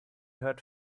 heard